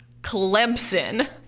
Clemson